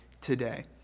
today